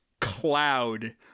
cloud